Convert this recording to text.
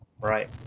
right